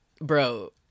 bro